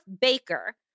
Baker